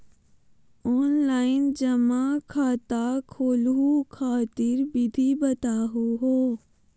Online जमा खाता खोलहु खातिर विधि बताहु हो?